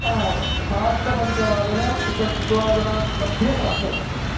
आ सार्द्धपञ्चवादनात् षट्वादनात् मध्ये प्राप्स्यते